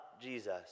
Jesus